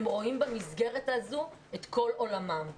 הם רואים במסגרת הזו את כל עולמם.